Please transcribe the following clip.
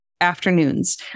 afternoons